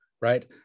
right